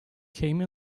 came